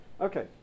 Okay